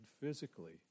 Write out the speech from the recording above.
physically